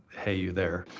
hey, you there?